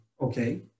Okay